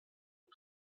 you